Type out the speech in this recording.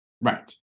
Right